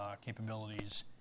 capabilities